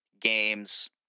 games